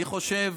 אני חושב,